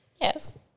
Yes